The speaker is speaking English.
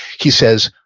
he says,